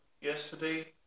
yesterday